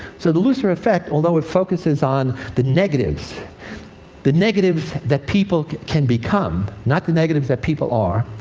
so the lucifer effect, although it focuses on the negatives the negatives that people can become, not the negatives that people are